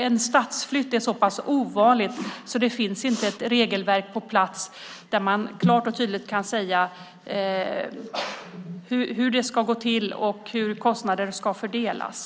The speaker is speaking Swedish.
En stadsflytt är så pass ovanlig, så det finns inget regelverk på plats som klart och tydligt säger hur en sådan ska gå till och hur kostnader ska fördelas.